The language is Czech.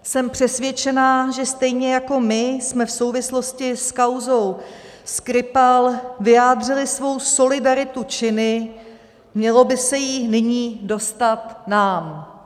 Jsem přesvědčená, že stejně jako my jsme v souvislosti s kauzou Skripal vyjádřili svou solidaritu činy, mělo by se jí nyní dostat nám.